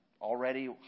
already